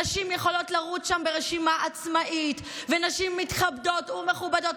נשים יכולות לרוץ שם ברשימה עצמאית ונשים מתכבדות ומכובדות.